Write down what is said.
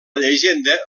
llegenda